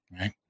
right